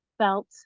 felt